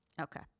Okay